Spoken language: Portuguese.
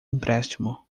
empréstimo